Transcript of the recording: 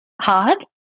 hard